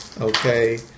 Okay